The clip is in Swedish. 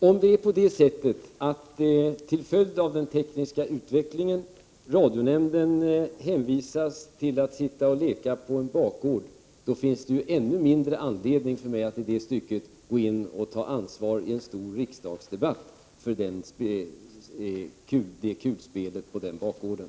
Fru talman! Om radionämnden till följd av den tekniska utvecklingen hänvisas till att sitta och leka på en bakgård, finns det ju ännu mindre anledning för mig att i det stycket i en stor riksdagsdebatt gå in och ta ansvar för kulspelet på den bakgården.